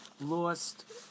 lost